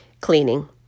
cleaning